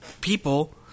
people